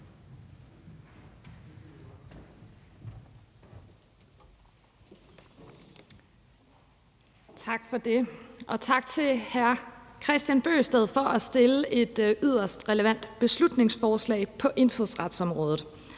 Tak for det. Og tak til hr. Kristian Bøgsted for at fremsætte et yderst relevant beslutningsforslag på indfødsretsområdet.